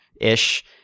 ish